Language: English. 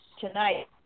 tonight